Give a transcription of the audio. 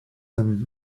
him